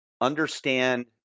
understand